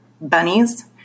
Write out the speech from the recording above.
bunnies